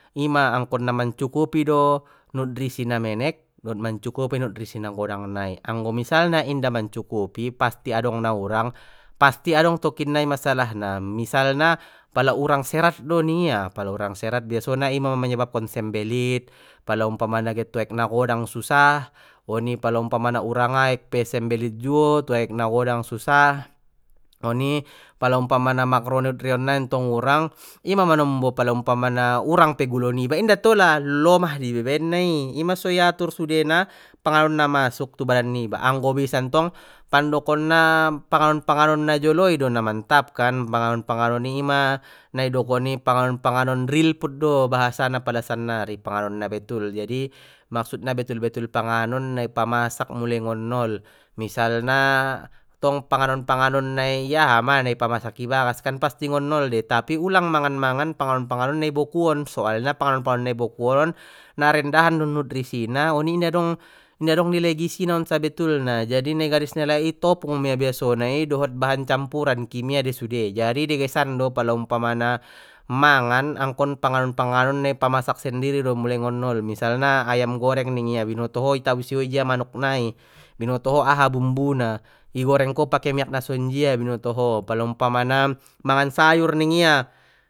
Ima angkon na mancukupi do nutrisi na menek dot mancukupi nutrisi na godang nai anggo misalna inda mancukupi pasti adong na urang pasti adong tokinnai masalahna misalna pala urang serat do ningia pala urang serat biasona ima manyebabkon sembelit pala umpamana get tu aek na godang susah oni pala umpaman urang aek pe sembelit juo tu aek na godang susah, oni pala umpamana makronutrien nai tong urang ima manombo pala umpamana urang pe gulo niba inda tola lomah de iba iabenna i ima so i atur sudena panganon na masuk tu badan niba anggo bisa ntong pandokonna panganon panganon na jolo i do na mantap kan panganon panganon ima na i dokon i panganon panganon real food bahasa na pala sannari panganon na betul jadi maksudna betul betul panganon na i pamasak mulai ngon nol misalna tong panganon panganon na i aha ma na i pamasak ibagas pasti ngon nol dei tapi ulang mangan mangan panganon na i bokuon soalna panganon panganon na i bokuon on na rendahan don nutrisi na oni inda dong indo dong nilai gizi na on sabetulna jadi na i gadis ni alai i topung mia biasona i dohot bahan campuran kimia dei sude jadi degesan do pala umpamana mangan angkon panganon panganon na i pamasak sendiri do mulai ngon nol misalna ayam goreng ningia binotoho i tabusi ho ijia manuk nai binoto ho aha bumbuna i goreng ko pake miak na sonjia binotoho pala umpamana mangan sayur ningia.